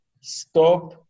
stop